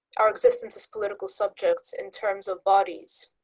our existence is political subjects in terms of bodies,